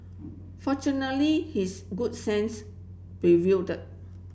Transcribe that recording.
fortunately his good sense prevailed